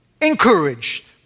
encouraged